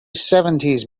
seventies